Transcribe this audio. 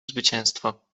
zwycięstwo